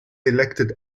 elected